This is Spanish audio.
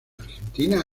argentina